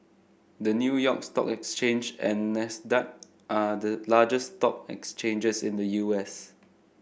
the New York Stock Exchange and Nasdaq are the largest stock exchanges in the U S